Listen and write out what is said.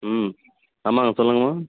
ம் ஆமாங்க சொல்லுங்கம்மா